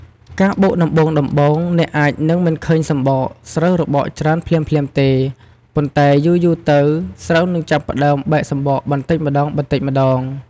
ការបុកដំបូងៗ អ្នកអាចនឹងមិនឃើញសម្បកស្រូវរបកច្រើនភ្លាមៗទេ ប៉ុន្តែយូរៗទៅ ស្រូវនឹងចាប់ផ្តើមបែកសម្បកបន្តិចម្តងៗ។